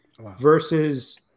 versus